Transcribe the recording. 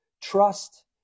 trust